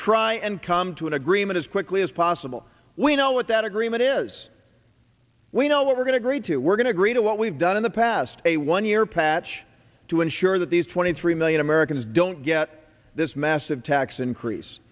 try and come to an agreement as quickly as possible we know what that agreement is we know what we're going to agree to we're going to agree to what we've done in the past a one year patch to ensure that these twenty three million americans don't get this massive tax increase